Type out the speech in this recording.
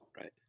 right